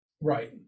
Right